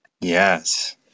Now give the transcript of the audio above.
Yes